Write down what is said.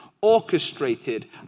orchestrated